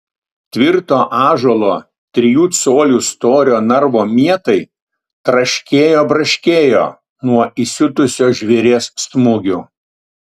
tvirto ąžuolo trijų colių storio narvo mietai traškėjo braškėjo nuo įsiutusio žvėries smūgių